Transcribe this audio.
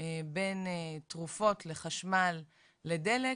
בין תרופות לחשמל ולדלק,